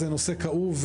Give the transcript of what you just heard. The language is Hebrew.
זה נושא כאוב.